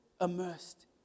immersed